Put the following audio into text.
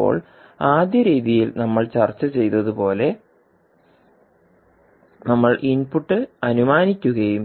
ഇപ്പോൾ ആദ്യ രീതിയിൽ നമ്മൾ ചർച്ച ചെയ്തതുപോലെ നമ്മൾ ഇൻപുട്ട് അനുമാനിക്കുകയും